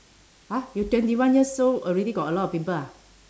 !huh! you twenty one years old already got a lot of pimple ah